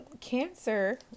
Cancer